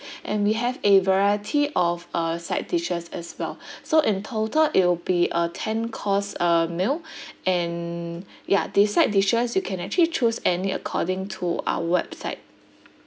and we have a variety of uh side dishes as well so in total it will be a ten course uh meal and ya the side dishes you can actually choose any according to our website